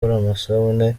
amasabune